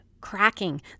cracking